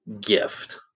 gift